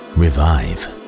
revive